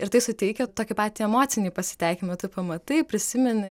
ir tai suteikia tokį patį emocinį pasitenkinimą tu pamatai prisimeni